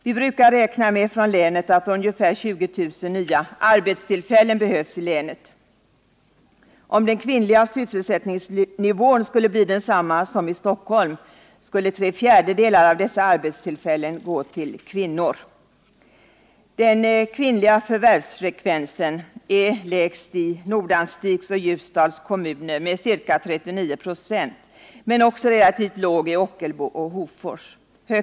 Vi brukar räkna med att ungefär 20000 nya arbetstillfällen behövs i länet. Om den kvinnliga sysselsättningsnivån skulle bli densamma som i Stockholm, skulle tre fjärdedelar av dessa arbetstillfällen gå till kvinnor. Den kvinnliga förvärvsfrekvensen är lägst i Nordanstigs och Ljusdals kommun med ca 39 25, men den är också relativt låg i Ockelbo och Hofors.